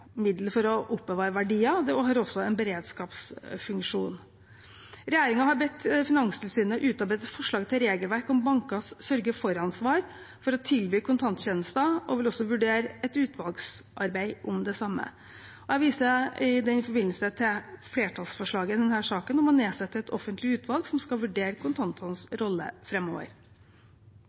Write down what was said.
middel for å oppbevare verdier, og det har også en beredskapsfunksjon. Regjeringen har bedt Finanstilsynet utarbeide et forslag til regelverk for bankenes sørge-for-ansvar for å tilby kontanttjenester og vil også vurdere et utvalgsarbeid om det samme. Jeg viser i den forbindelse til flertallsforslaget i denne saken om å nedsette et offentlig utvalg som skal vurdere kontantenes rolle